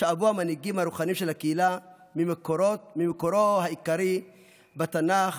שאבו המנהיגים הרוחניים של הקהילה ממקורו העיקרי בתנ"ך,